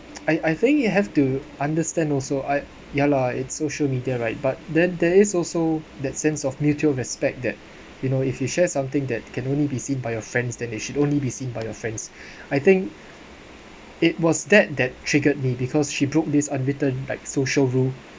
I I think you have to understand also I ya lah it's social media right but then there is also that sense of mutual respect that you know if you share something that can only be seen by your friends then they should only be seen by your friends I think it was that that triggered me because she broke this unwritten like social rule